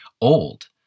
old